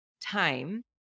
time